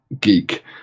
geek